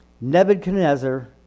Nebuchadnezzar